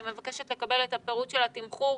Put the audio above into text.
אני מבקשת לקבל את פירוט התמחור,